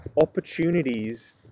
opportunities